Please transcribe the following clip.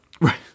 Right